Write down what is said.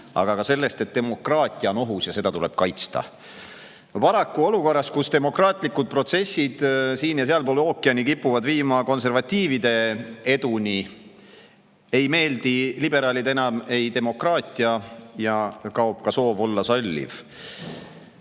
aga ka sellest, et demokraatia on ohus ja seda tuleb kaitsta. Paraku olukorras, kus demokraatlikud protsessid siin- ja sealpool ookeani kipuvad viima konservatiivide eduni, ei meeldi liberaalidele enam demokraatia ja kaob ka soov olla salliv. Nagu